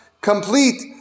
complete